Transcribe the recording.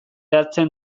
hartzen